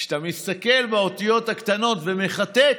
כשאתה מסתכל באותיות הקטנות ומחטט,